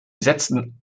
setzten